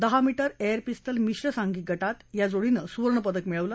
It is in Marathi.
दहा मीटर एअर पिस्तल मिश्र सांघिक गटात या जोडीनं सुवर्णपदक मिळवलं